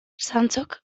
santxok